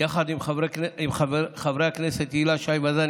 יחד עם חברי הכנסת הילה שי וזאן,